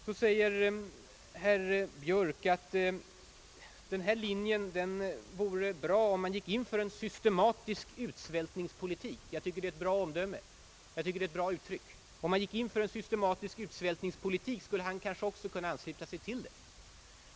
Så säger herr Björk att det vore bra om man gick in för en »systematisk utsvältningspolitik», som är ett utmärkt uttryck. Också han skulle kanske i det fallet kunna ge sin anslutning till tanken.